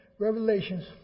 Revelations